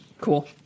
Cool